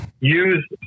use